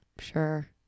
sure